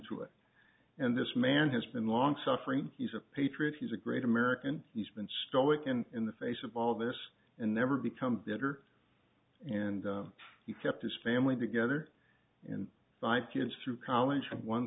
to it and this man has been long suffering he's a patriot he's a great american he's been stoic and in the face of all this and never become bitter and he kept his family together and by kids through college one